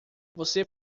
você